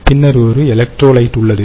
பின்னர் ஒரு எலக்ட்ரோலைட் உள்ளது